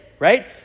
right